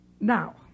Now